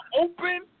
open